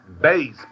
base